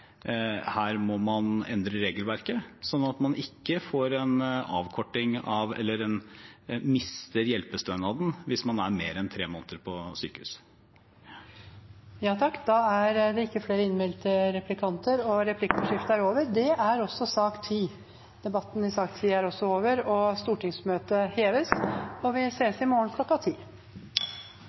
må man endre regelverket, sånn at man ikke får en avkorting eller mister hjelpestønaden hvis man er mer enn tre måneder på sykehus. Replikkordskiftet er dermed over. Flere